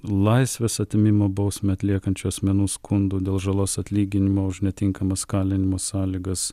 laisvės atėmimo bausmę atliekančių asmenų skundų dėl žalos atlyginimo už netinkamas kalinimo sąlygas